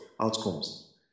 outcomes